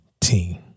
Team